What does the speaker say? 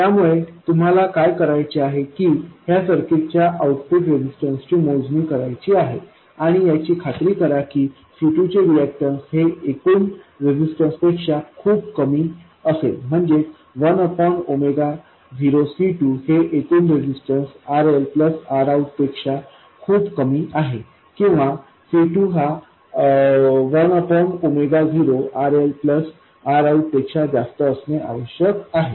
त्यामुळे तुम्हाला काय करायचे आहे की ह्या सर्किटच्या आउटपुट रेजिस्टन्सची मोजणी करायाची आहे आणि याची खात्री करा की C2 चे रिएक्टन्स हे एकूण रेजिस्टन्स पेक्षा खूप कमी असेल म्हणजेच1 0C2 हे एकूण रेझिस्टन्स RL Rout पेक्षा खूप कमी आहे किंवा C2 हा 1 0RL Rout पेक्षा जास्त असणे आवश्यक आहे